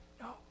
No